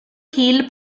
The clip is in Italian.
hill